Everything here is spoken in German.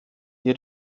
die